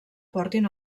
portin